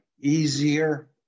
easier